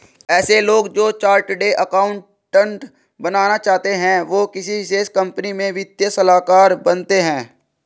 ऐसे लोग जो चार्टर्ड अकाउन्टन्ट बनना चाहते है वो किसी विशेष कंपनी में वित्तीय सलाहकार बनते हैं